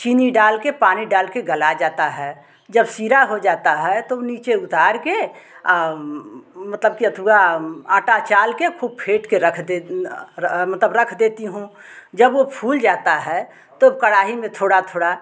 चीनी डालकर पानी डालकर गलाया जाता है जब शीरा हो जाता है तो नीचे उतार कर मतलब कि अथुवा आटा चालकर खुब फेटकर रख दे मतलब रख देती हूँ जब वह फूल जाता है तब कड़ाही में थोड़ा थोड़ा